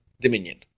dominion